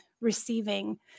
receiving